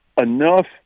enough